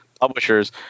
publishers